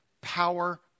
power